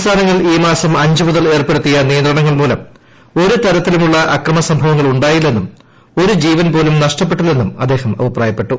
സംസ്ഥാനങ്ങൾ ഈ മാസം അഞ്ച് മുതൽ ഏർപ്പെടുത്തിയ നിയന്ത്രണങ്ങൾ മൂലം ഒരുതരത്തിലുമുളള ആക്രമ സംഭവങ്ങൾ ഉണ്ടായില്ലെന്നും ഒരു ജീവൻ പോലും നഷ്ടപ്പെട്ടില്ലെന്നും അദ്ദേഹം അഭിപ്രായപ്പെട്ടു